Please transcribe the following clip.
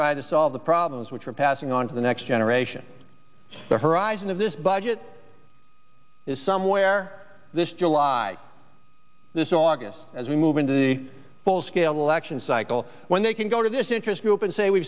try to solve the problems which are passing on to the next generation the horizon of this budget is somewhere this july this august as we move into the full scale election cycle when they can go to this interest group and say we